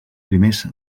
primers